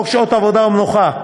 57. חוק שעות עבודה ומנוחה,